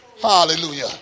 Hallelujah